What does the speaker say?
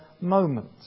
moment